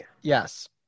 Yes